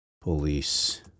police